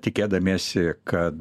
tikėdamiesi kad